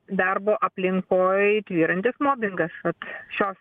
darbo aplinkoj tvyrantis mobingas vat šios